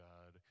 God